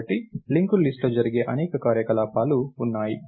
కాబట్టి linked list లో జరిగే అనేక కార్యకలాపాలు ఉన్నాయి